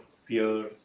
Fear